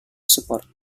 support